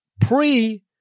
pre